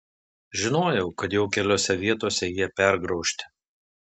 žinojau kad jau keliose vietose jie pergraužti